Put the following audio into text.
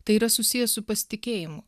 tai yra susijęs su pasitikėjimu